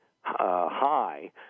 high